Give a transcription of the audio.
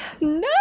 No